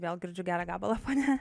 vėl girdžiu gerą gabalą fone